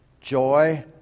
joy